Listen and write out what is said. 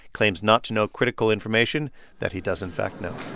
claims not to know critical information that he does, in fact, know